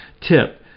Tip